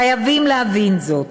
חייבים להבין זאת,